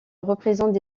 représentent